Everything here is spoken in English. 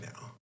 now